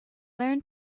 learn